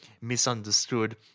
misunderstood